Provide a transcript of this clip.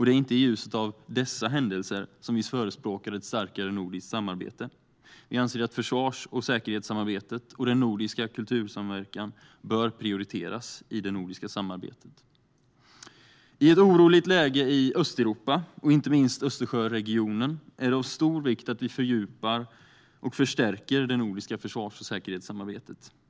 Det är inte i ljuset av dessa händelser som vi förespråkar ett starkare nordiskt samarbete. Vi anser att försvars och säkerhetssamarbetet och den nordiska kultursamverkan bör prioriteras i det nordiska samarbetet. I ett oroligt läge i Östeuropa och inte minst Östersjöregionen är det av stor vikt att vi fördjupar och förstärker det nordiska försvars och säkerhetssamarbetet.